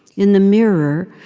in the mirror,